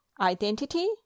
identity